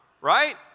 right